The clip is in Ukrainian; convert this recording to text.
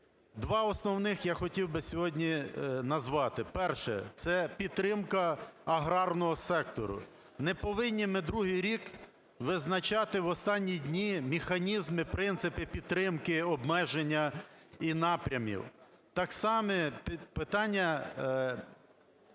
Два основних я хотів би сьогодні назвати: перше – це підтримка аграрного сектору. Не повинні ми другий рік визначати в останні дні механізми, принципи підтримки, обмеження і напрямів. Так само питання